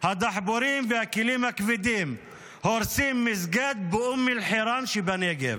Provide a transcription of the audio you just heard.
הדחפורים והכלים הכבדים הורסים מסגד באום אל-חיראן שבנגב,